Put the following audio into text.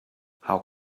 how